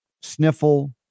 sniffle